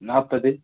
நாற்பது